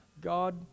God